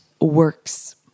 works